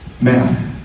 Math